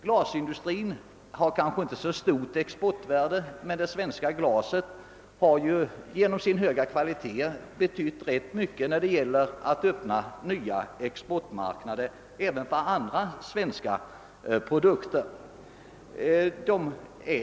Glasindustrin har kanske inte så stor export, men det svenska glaset har genom sin höga kvalitet betytt rätt mycket för öppnandet av nya exportmarknader även då det gäller andra svenska produkter.